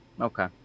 Okay